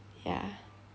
ya